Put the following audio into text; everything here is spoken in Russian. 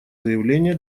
заявления